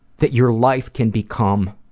that your life can become